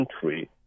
country